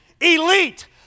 elite